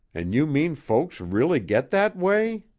an' you mean folks really get that way?